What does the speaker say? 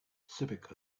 civic